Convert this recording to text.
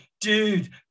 dude